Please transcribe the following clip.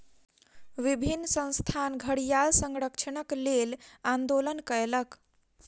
विभिन्न संस्थान घड़ियाल संरक्षणक लेल आंदोलन कयलक